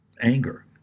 anger